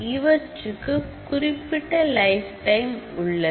இவற்றுக்கு குறிப்பிட்ட live life time உள்ளது